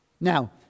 Now